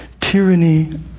Tyranny